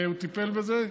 הוא טיפל בזה,